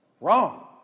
wrong